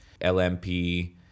LMP